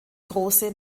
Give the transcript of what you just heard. große